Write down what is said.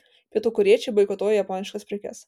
pietų korėjiečiai boikotuoja japoniškas prekes